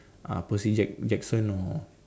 uh Percy Jack~ Jackson or